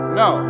no